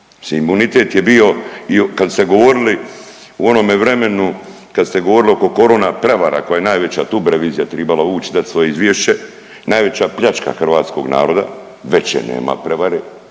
imunitet je bio i kad ste govorili u onome vremenu kad ste govorili oko korona prevara koja je najveća, tu bi revizija tribala uć i dat svoje izvješće, najveća pljačka hrvatskog naroda, veće nema prevare,